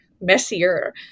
messier